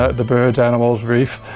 the birds, animal, reef.